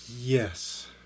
Yes